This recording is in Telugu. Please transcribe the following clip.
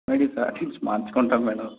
నేను ఈ సారి నుంచి మార్చుకుంటాను మేడం